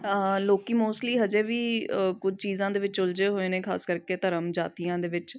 ਲੋਕ ਮੋਸਟਲੀ ਹਜੇ ਵੀ ਕੁਝ ਚੀਜ਼ਾਂ ਦੇ ਵਿੱਚ ਉਲਝੇ ਹੋਏ ਨੇ ਖਾਸ ਕਰਕੇ ਧਰਮ ਜਾਤੀਆਂ ਦੇ ਵਿੱਚ